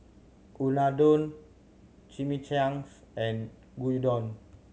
Unadon Chimichangas and Gyudon